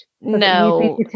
No